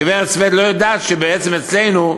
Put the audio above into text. הגברת סויד לא יודעת שבעצם אצלנו,